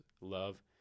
love